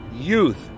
youth